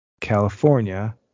california